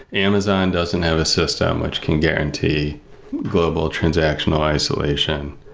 amazon doesn't have a system which can guarantee global transactional isolation.